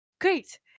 Great